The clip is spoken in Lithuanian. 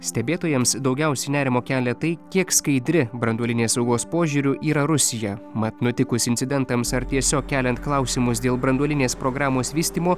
stebėtojams daugiausiai nerimo kelia tai kiek skaidri branduolinės saugos požiūriu yra rusija mat nutikus incidentams tiesiog keliant klausimus dėl branduolinės programos vystymo